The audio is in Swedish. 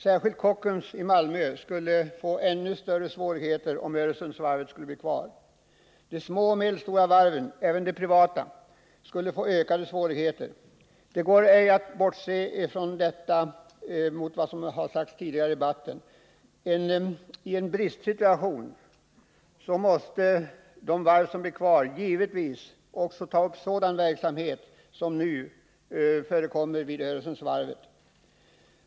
Särskilt Kockums AB i Malmö skulle få större svårigheter, om Öresundsvarvet blir kvar. De små och medelstora varven, även de privata, skulle få större svårigheter. Det går ej att bortse från detta, vilket man har gjort tidigare i debatten. I en bristsituation måste de varv som blir kvar givetvis också ta upp sådan verksamhet som den som nu förekommer vid Öresundsvarvet.